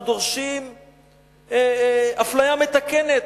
אנחנו דורשים אפליה מתקנת,